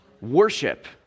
worship